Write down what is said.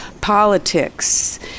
politics